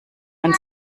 man